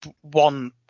One